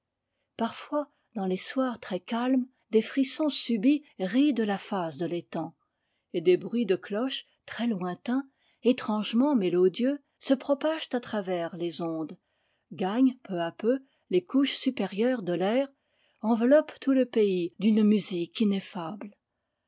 parfois dans les soirs très calmes des frissons subits rident la face de l'étang et des bruits de cloches très loin tains étrangement mélodieux se propagent à travers les ondes gagnent peu à peu les couches supérieures de l'air enveloppent tout le pays d'une musique